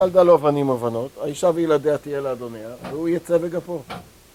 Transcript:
וילדה לו בנים או בנות, האישה וילדיה תהיה לאדוניה והוא ייצא בגפו